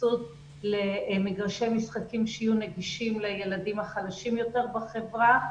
התייחסות למגרשי משחקים שיהיו נגישים לילדים החלשים יותר בחברה,